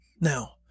Now